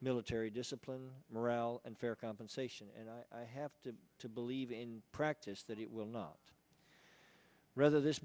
military discipline morale and fair compensation and i have to to believe in practice that it will not rather this